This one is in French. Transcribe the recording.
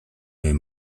est